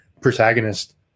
protagonist